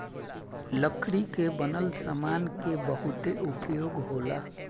लकड़ी के बनल सामान के बहुते उपयोग होला